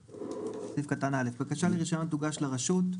5/א'.בקשה לרישיון תוגש לרשות.